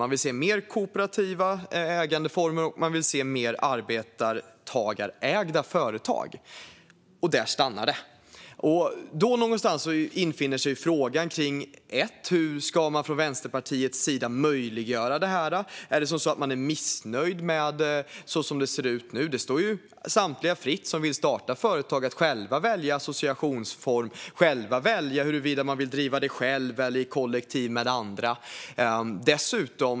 Man vill se mer kooperativa ägandeformer, och man vill se mer arbetstagarägda företag. Där någonstans infinner sig frågan hur man från Vänsterpartiets sida ska göra detta möjligt. Är man missnöjd med hur det ser ut nu? Det står samtliga fritt som vill starta företag att själva välja associationsform, huruvida de vill driva företag själva eller i kollektiv med andra.